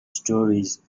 stories